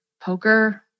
poker